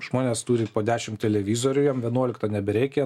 žmonės turi po dešim televizorių jiem vienuolikto nebereikia